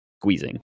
squeezing